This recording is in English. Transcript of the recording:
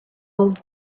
old